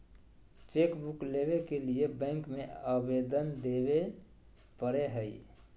chequebook लेबे के लिए बैंक में अबेदन देबे परेय हइ